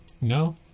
No